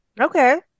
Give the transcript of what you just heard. Okay